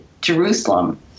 Jerusalem